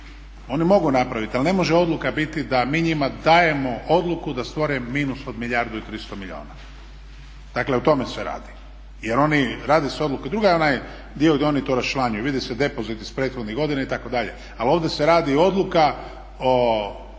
oni mogu napraviti al ine može odluka biti da mi njima dajemo odluku da stvaraju minus od 1 milijardu i 300 milijuna. Dakle o tome se radi. Jel oni … odluke, druga je onaj dio gdje oni to raščlanjuju. Vidi se depozit iz prethodnih godina itd. Ali ovdje se radi odluka o